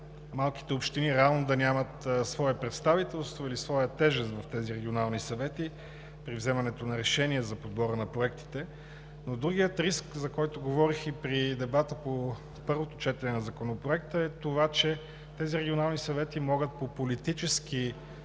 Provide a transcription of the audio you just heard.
малките общини реално да нямат свое представителство или своя тежест в тези регионални съвети при вземането на решения за подбора на проектите, но другият риск, за който говорих и при дебата по първото четене на Законопроекта, е това, че тези регионални съвети могат по политически